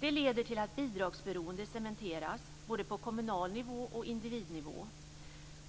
Det leder till att bidragsberoende cementeras både på lokal nivå och på individnivå.